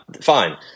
Fine